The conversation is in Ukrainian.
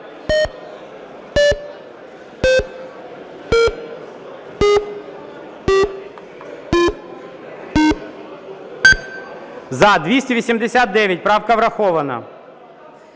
За-289 Правка врахована.